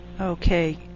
Okay